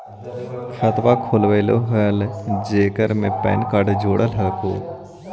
खातवा खोलवैलहो हे जेकरा मे पैन कार्ड जोड़ल हको?